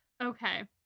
Okay